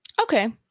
Okay